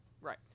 Right